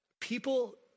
people